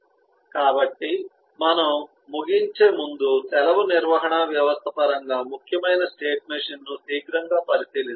కాబట్టి మనము ముగించే ముందు సెలవు నిర్వహణ వ్యవస్థ పరంగా ముఖ్యమైన స్టేట్ మెషీన్ ను శీఘ్రంగా పరిశీలిస్తాము